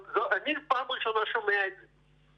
פעם ראשונה אני שומע את זה.